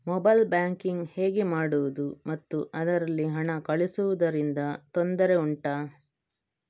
mobile banking ಹೇಗೆ ಮಾಡುವುದು ಮತ್ತು ಅದರಲ್ಲಿ ಹಣ ಕಳುಹಿಸೂದರಿಂದ ತೊಂದರೆ ಉಂಟಾ